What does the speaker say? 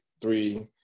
three